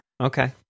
Okay